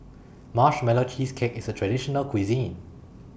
Marshmallow Cheesecake IS A Traditional Local Cuisine